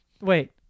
Wait